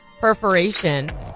perforation